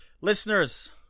Listeners